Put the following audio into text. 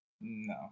No